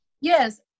Yes